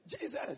Jesus